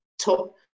top